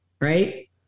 right